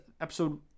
episode